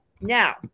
now